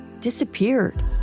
disappeared